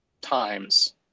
times